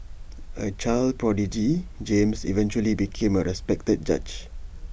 A child prodigy James eventually became A respected judge